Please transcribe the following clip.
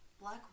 Black